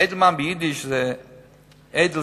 "אדל" ביידיש זה עדין,